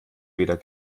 weder